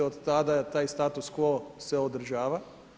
Od tada taj status quo se održava.